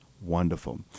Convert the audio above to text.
Wonderful